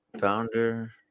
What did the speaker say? founder